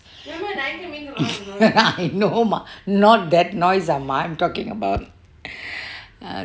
I know mah not that noise அம்மா:amma I'm talking about uh